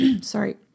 sorry